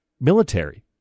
military